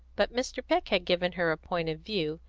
but mr. peck had given her a point of view,